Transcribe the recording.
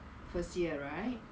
first year right